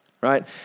right